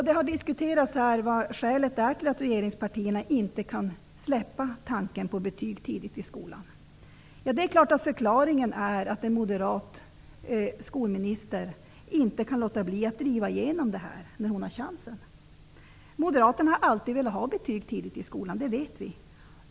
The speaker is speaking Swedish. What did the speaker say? Det har diskuterats här vad skälet är att regeringspartierna inte kan släppa tanken på betyg tidigt i skolan. Förklaringen är att en moderat skolminister inte kan låta bli att driva igenom förslaget när hon har chansen. Vi vet att Moderaterna alltid har velat ha betyg tidigt i skolan.